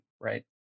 right